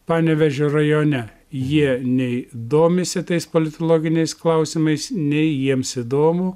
panevėžio rajone jie nei domisi tais politologiniais klausimais nei jiems įdomu